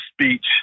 speech